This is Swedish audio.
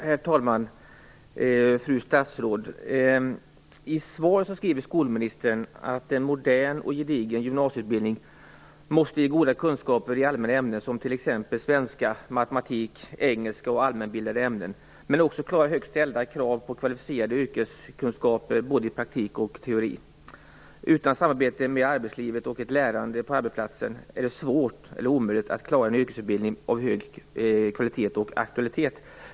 Herr talman! Fru statsråd! I svaret skriver skolministern: "En modern och gedigen gymnasieutbildning måste ge goda kunskaper i allmänna ämnen som svenska, matematik, engelska och allmänbildande ämnen men också klara högt ställda krav på kvalificerade yrkeskunskaper, både i praktik och i teori. Utan samarbete med arbetslivet och ett lärande på arbetsplatsen är det svårt eller omöjligt att klara en yrkesutbildning av hög kvalitet och aktualitet."